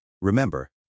Remember